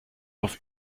auf